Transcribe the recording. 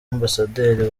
ambasaderi